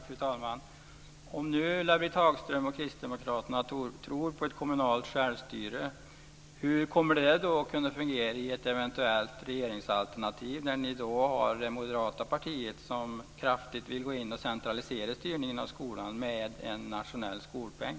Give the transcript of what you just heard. Fru talman! Om nu Ulla-Britt Hagström och kristdemokraterna tror på ett kommunalt självstyre, hur kommer det då att kunna fungera i ett eventuellt regeringsalternativ där ni har Moderata samlingspartiet som kraftigt vill gå in och centralisera styrningen av skolan med en nationell skolpeng?